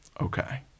okay